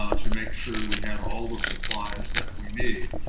um to make sure we have all the supplies that we need,